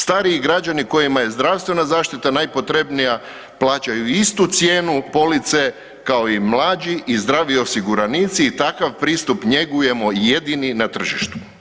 Stariji građani kojima je zdravstvena zaštita najpotrebnija plaćaju istu cijenu police kao i mlađi i zdraviji osiguranici i takav pristup njegujemo jedini na tržištu.